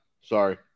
Sorry